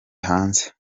hanze